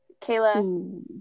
Kayla